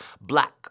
Black